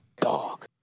Dog